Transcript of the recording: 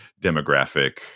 demographic